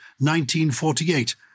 1948